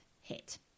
hit